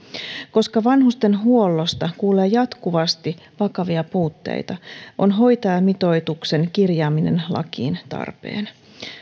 koska vanhustenhuollosta kuulee jatkuvasti vakavia puutteita on hoitajamitoituksen kirjaaminen lakiin tarpeen